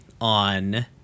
on